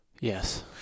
Yes